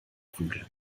prügeln